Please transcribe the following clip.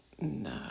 no